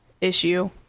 issue